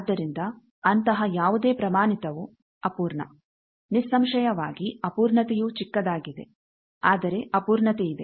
ಆದ್ದರಿಂದ ಅಂತಹ ಯಾವುದೇ ಪ್ರಮಾಣಿತವು ಅಪೂರ್ಣ ನಿಸ್ಸಂಶಯವಾಗಿ ಅಪೂರ್ಣತೆಯೂ ಚಿಕ್ಕದಾಗಿದೆ ಆದರೆ ಅಪೂರ್ಣತೆಯಿದೆ